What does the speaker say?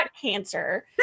cancer